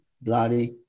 bloody